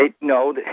No